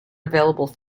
available